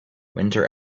winter